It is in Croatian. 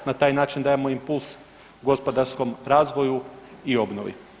Na taj način dajemo impuls gospodarskom razvoju i obnovi.